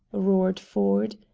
roared ford.